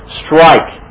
strike